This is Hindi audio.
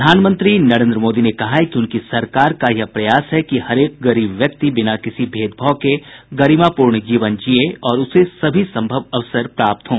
प्रधानमंत्री नरेन्द्र मोदी ने कहा है कि उनकी सरकार का यह प्रयास है कि हरेक गरीब व्यक्ति बिना किसी भेदभाव के गरिमापूर्ण जीवन जिए और उसे सभी संभव अवसर प्राप्त हों